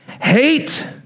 hate